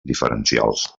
diferencials